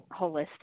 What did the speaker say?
holistic